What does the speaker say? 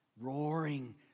Roaring